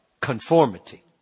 conformity